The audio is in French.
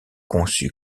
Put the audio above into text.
conçus